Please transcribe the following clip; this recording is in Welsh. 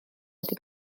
wedi